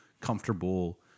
comfortable